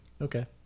okay